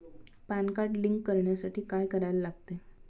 Pan card link करण्यासाठी काय करायला लागते?